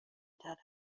داره